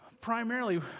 Primarily